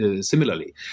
similarly